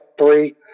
three